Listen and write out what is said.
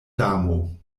damo